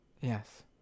Yes